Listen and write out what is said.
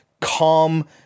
calm